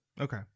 Okay